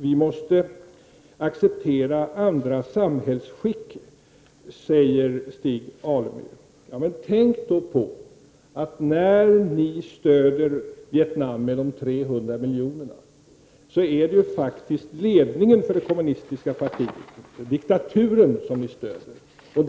Vi måste acceptera andra samhällsskick, säger Stig Alemyr. Ja, men tänk då på att när ni stöder Vietnam med de 300 miljonerna, är det faktiskt ledningen för det kommunistiska partiet, diktaturen, som ni stöder.